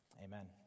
Amen